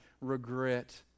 regret